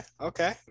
okay